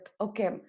okay